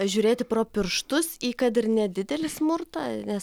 žiūrėti pro pirštus į kad ir nedidelį smurtą nes